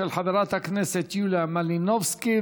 של חברי הכנסת יוליה מלינובסקי,